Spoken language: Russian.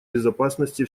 безопасности